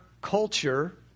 culture